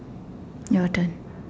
your turn